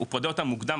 הוא פודה אותם מקודם,